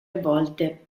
volte